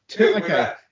Okay